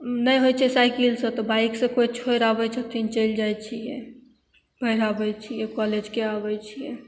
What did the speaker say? नहि होइ छै साइकलसँ तऽ बाइकसँ कोइ छोड़ि आबय छथिन चलि जाइ छियै चलि आबय छियै कॉलेज कए आबय छियै